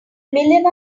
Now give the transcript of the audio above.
million